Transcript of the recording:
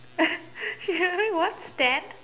ya what stand